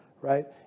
right